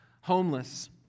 homeless